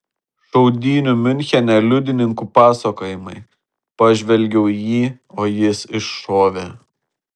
šaudynių miunchene liudininkų pasakojimai pažvelgiau į jį o jis iššovė